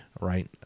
right